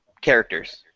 characters